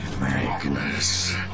Magnus